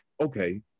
okay